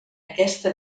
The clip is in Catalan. aquesta